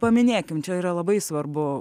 paminėkim čia yra labai svarbu